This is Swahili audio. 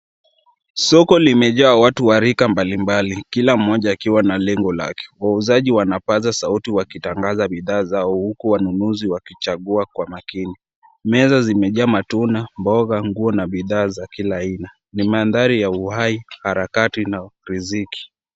Soko limejaa watu wa rika mbalimbali, kila mmoja akiwa na lengo lake. Wauzaji wanapasa sauti wakitangaza bidhaa zao. Huku wanunuzi wakichagua kwa makini. Meza zimejaa matunda, mboga, nguo na bidhaa za kila aina. Ni eneo la uai, harakati na riziki.